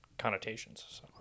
connotations